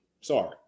Sorry